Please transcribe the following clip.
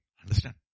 Understand